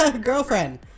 Girlfriend